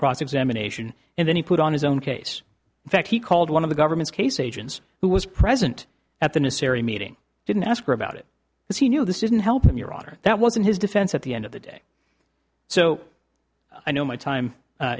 cross examination and then he put on his own case in fact he called one of the government's case agents who was present at the necessity meeting didn't ask her about it because he knew this isn't helping your honor that wasn't his defense at the end of the day so i know my time